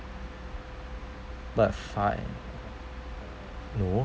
but fire no